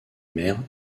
mers